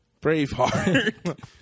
braveheart